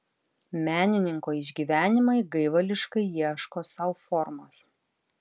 menininko išgyvenimai gaivališkai ieško sau formos